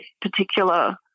particular